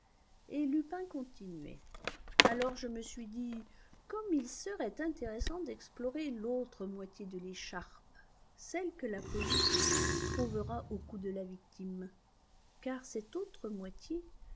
et lupin continuait alors je me suis dit comme il serait intéressant d'explorer l'autre moitié de l'écharpe celle que la police trouvera au cou de la victime car cette autre moitié